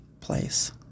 place